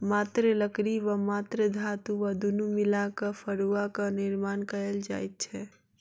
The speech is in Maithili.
मात्र लकड़ी वा मात्र धातु वा दुनू मिला क फड़ुआक निर्माण कयल जाइत छै